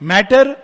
Matter